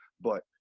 but-